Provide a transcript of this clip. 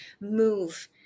move